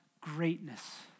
greatness